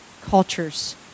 cultures